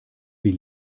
wie